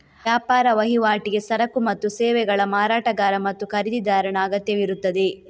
ವ್ಯಾಪಾರ ವಹಿವಾಟಿಗೆ ಸರಕು ಮತ್ತು ಸೇವೆಗಳ ಮಾರಾಟಗಾರ ಮತ್ತು ಖರೀದಿದಾರನ ಅಗತ್ಯವಿರುತ್ತದೆ